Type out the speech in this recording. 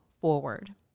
forward